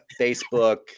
facebook